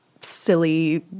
silly